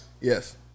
Yes